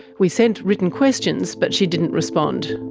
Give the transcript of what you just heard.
we sent written questions but she didn't respond.